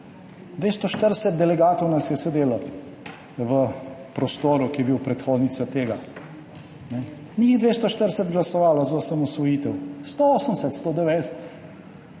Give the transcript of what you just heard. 240 delegatov nas je sedelo v prostoru, ki je bil predhodnik tega. Ni jih 240 glasovalo za osamosvojitev, le 180, 190.